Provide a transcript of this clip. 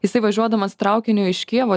jisai važiuodamas traukiniu iš kijevo